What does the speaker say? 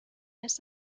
las